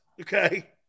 Okay